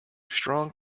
strong